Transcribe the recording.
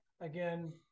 again